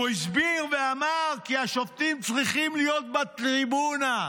הוא הסביר ואמר כי השופטים צריכים להיות בטריבונה,